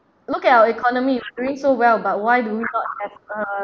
look at our economy we're doing so well but why do we not have a